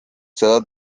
seda